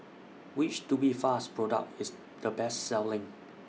Which Tubifast Product IS The Best Selling